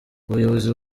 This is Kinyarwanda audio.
ubuyobozi